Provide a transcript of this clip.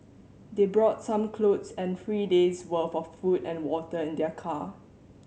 they brought some clothes and three day's worth for food and water in their car